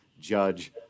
judge